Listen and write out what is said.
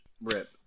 rip